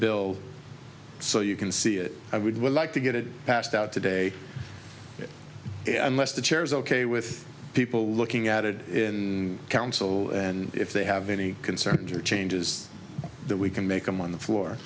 bill so you can see it i would like to get it passed out today unless the chair is ok with people looking at it in council and if they have any concerns or changes that we can make them on the floor